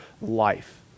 life